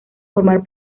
formar